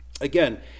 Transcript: Again